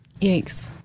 Yikes